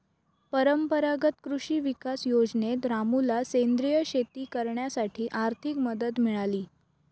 परंपरागत कृषी विकास योजनेत रामूला सेंद्रिय शेती करण्यासाठी आर्थिक मदत मिळाली